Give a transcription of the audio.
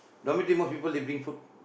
dormitory most people they bring food